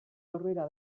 aurrera